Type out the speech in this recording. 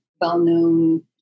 well-known